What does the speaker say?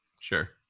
Sure